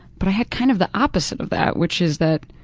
but i had kind of the opposite of that, which is that